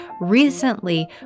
Recently